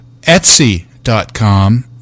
Etsy.com